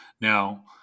now